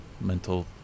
mental